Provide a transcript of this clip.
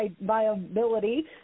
viability